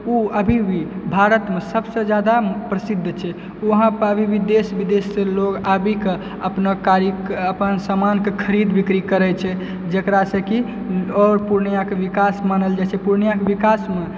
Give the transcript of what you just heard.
ओ अभी भी भारतमे सबसे जादा प्रसिद्ध छै ओ पर देश विदेश से लोक आबि कऽ अपन समानके खरीद बिक्री करै छै जेकरा से कि आओर पुर्णियाके विकास मानल जाइ छै पुर्णियाके विकासमे